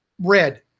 red